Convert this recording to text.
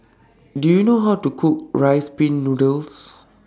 Do YOU know How to Cook Rice Pin Noodles